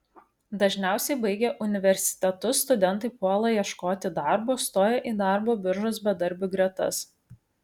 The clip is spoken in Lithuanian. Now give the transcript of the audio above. dažniausiai baigę universitetus studentai puola ieškoti darbo stoja į darbo biržos bedarbių gretas